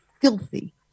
filthy